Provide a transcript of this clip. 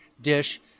dish